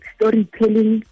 Storytelling